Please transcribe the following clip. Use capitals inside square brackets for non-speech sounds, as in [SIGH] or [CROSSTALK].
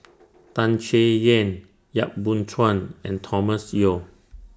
[NOISE] Tan Chay Yan Yap Boon Chuan and Thomas Yeo